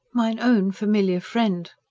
mine own familiar friend!